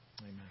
Amen